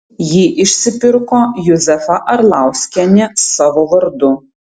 jį išsipirko juzefa arlauskienė savo vardu